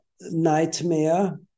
nightmare